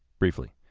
briefly.